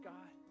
God